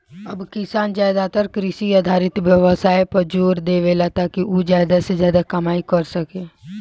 अब किसान ज्यादातर कृषि आधारित व्यवसाय पर जोर देवेले, ताकि उ ज्यादा से ज्यादा कमाई कर सके